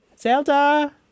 Zelda